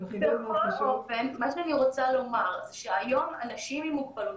אני אומרת שזה תהליך מורכב,